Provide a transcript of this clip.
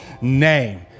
name